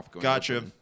Gotcha